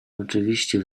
oczywiście